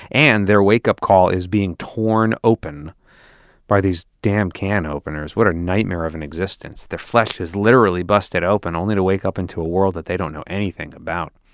and their wake up call is being torn open by these damn can openers. what are nightmare of an existence. their flesh is literally busted open only to wake up into a world that they don't know anything about.